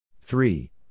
Three